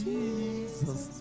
Jesus